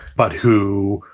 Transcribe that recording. but who,